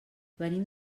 venim